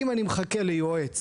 אם אני מחכה ליועץ